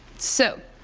so,